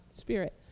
spirit